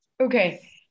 okay